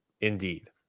Indeed